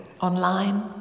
online